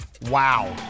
Wow